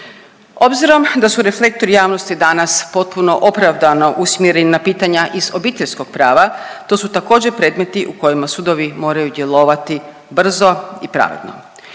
Obzirom da su reflektori javnosti danas potpuno opravdano usmjereni na pitanja iz obiteljskog prava to su također predmeti u kojima sudovi moraju djelovati brzo i pravedno.